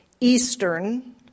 eastern